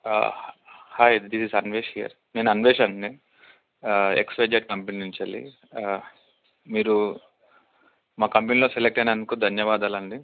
hi this is Anvesh here నేను అన్వేష్ అండి XYZ company నుంచి మీరు మా కంపెనీలో సెలెక్ట్ అయినందుకు ధన్యవాదాలండి